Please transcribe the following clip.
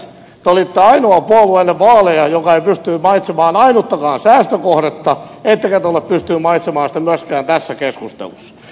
te olitte ainoa puolue ennen vaaleja joka ei pystynyt valitsemaan ainuttakaan säästökohdetta ettekä te ole pystynyt mainitsemaan sitä myöskään tässä keskustelussa